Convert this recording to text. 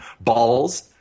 Balls